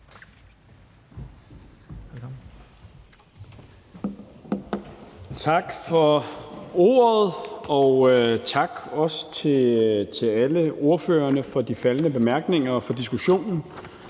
Tak for ordet, og tak også til alle ordførerne for de faldne bemærkninger og for diskussionen.